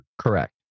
Correct